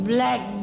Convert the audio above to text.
Black